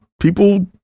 people